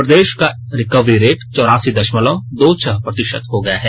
प्रदेश का recovery rate चौरासी दशमलव दो छह प्रतिशत हो गया है